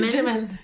Jimin